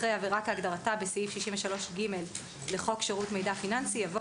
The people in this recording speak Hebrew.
אחרי "עבירה כהגדרתה בסעיף 63(ג) לחוק שירות מידע פיננסי" יבוא